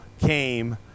came